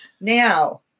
Now